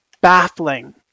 baffling